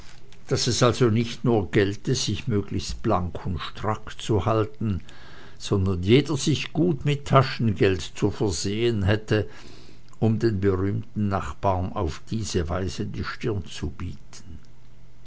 daß es also nicht nur gelte sich möglichst blank und strack zu halten sondern jeder sich gut mit taschengeld zu versehen hätte um den berühmten nachbaren auf jede weise die stirne zu bieten